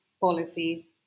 policy